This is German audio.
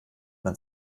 man